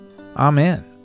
Amen